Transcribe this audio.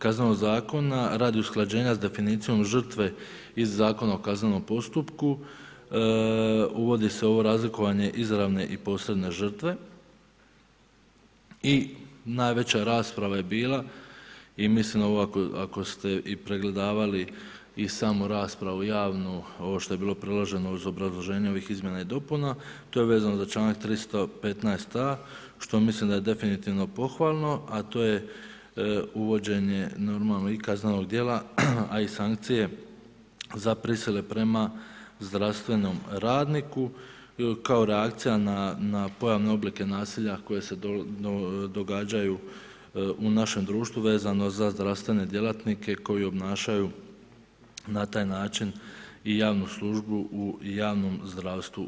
KZ radi usklađenja s definicijom žrtve iz Zakona o kaznenom postupku, uvodi se ovo razlikovanje izravne i posredne žrtve i najveća rasprava je bila i mislim ovo ako ste i pregledavali i samu raspravu javnu, ovo što je bilo priloženo uz obrazloženje ovih izmjena i dopuna, to je vezano za članak 315a što mislim da je definitivno pohvalno, a to je uvođenje i kaznenog djela, a i sankcije za prisile prema zdravstvenom radniku kao reakcija na pojavne oblike nasilja koje se događaju u našem društvu vezano za zdravstvene djelatnike koji obnašaju na taj način i javnu službu u javnom zdravstvu.